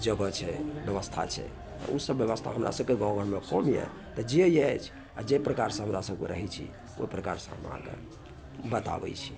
जगह छै बेबस्था छै ओ सब बेबस्था हमरा सबके गाँव घरमे कम यऽ तऽ जे अछि आ जे प्रकार से हमरा सबके रहै छी ओहि प्रकार से हमरा आरके बताबैत छी